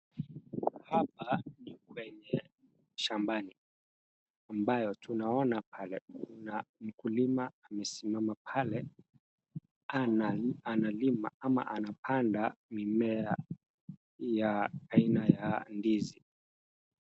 Hapa ni kwenye shambani. Ambayo tunaona pale kuna mkulima amesimama pale. Ana analima ama anapanda mimea ya aina ya ndizi.